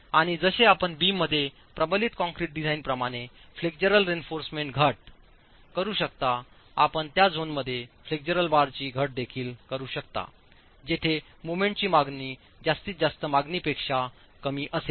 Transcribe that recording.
आणि जसे आपण बीममध्ये प्रबलित कंक्रीट डिझाइनप्रमाणे फ्लेक्चरल रीइन्फोर्समेंटचे घट करू शकता आपण त्या झोनमध्ये फ्लेक्चरल बारची घट देखील करू शकता जिथे मोमेंट्स ची मागणी जास्तीत जास्त मागणीपेक्षा कमी असेल